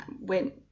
went